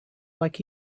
like